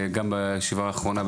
גם בישיבה האחרונה,